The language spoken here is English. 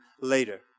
later